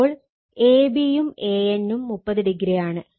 അപ്പോൾ ab യും an നും 30o ആണ്